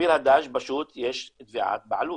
בביר הדאג' פשוט יש תביעת בעלות,